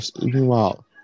Meanwhile